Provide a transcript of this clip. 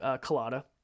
Colada